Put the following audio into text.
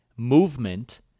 Movement